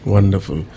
Wonderful